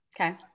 Okay